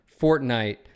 Fortnite